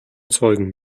zeugen